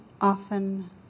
often